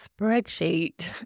spreadsheet